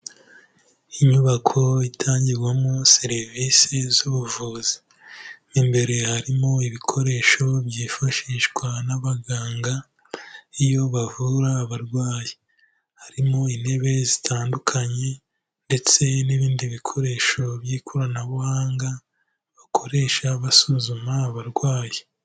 Inyubako itangirwamo serivisi z'ubuvuzi mo imbere harimo ibikoresho byifashishwa n'abaganga iyo bavura abarwayi, harimo intebe zitandukanye ndetse n'ibindi bikoresho by'ikoranabuhanga bakoresha basuzuma abarwayi.